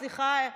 סליחה,